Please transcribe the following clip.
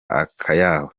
akayabo